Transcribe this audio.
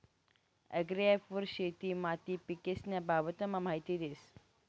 agri app वर शेती माती पीकेस्न्या बाबतमा माहिती देस